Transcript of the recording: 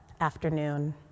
afternoon